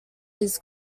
his